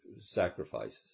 Sacrifices